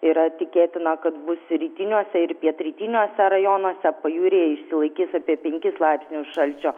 yra tikėtina kad bus rytiniuose ir pietrytiniuose rajonuose pajūryje išsilaikys apie penkis laipsnius šalčio